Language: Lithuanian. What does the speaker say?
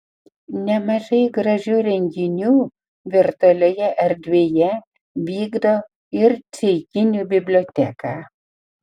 nemažai gražių renginių virtualioje erdvėje vykdo ir ceikinių biblioteka